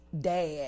dad